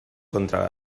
contra